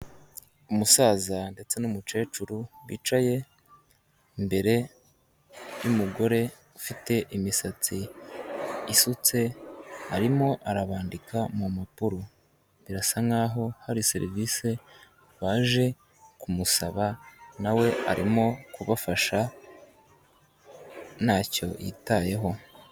Umusaza ndetse numukecuru, bicaye imbere yumugore ufite imisatsi isutse, arimo arabandika mu mpapuro, birasa nkaho hari serivisi baje kumusaba, nawe arimo kubafasha ntacyo yitayeho.